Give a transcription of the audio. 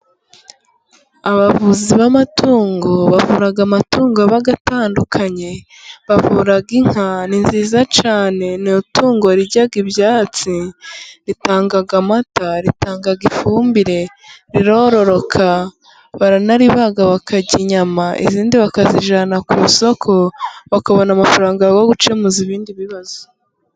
Abavuzi b'amatungo bavura amatungo atandukanye, bavuraga inka ni nziza cyane ni itungo rirya ibyatsi, ritanga amata, ritanga ifumbire, rirororoka baranariba bakarya inyama, izindi bakazijyana ku isoko bakabona amafaranga yabo yogukemuraza ibindi bibazo.